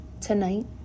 Tonight